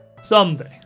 Someday